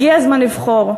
הגיע הזמן לבחור,